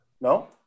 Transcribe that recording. no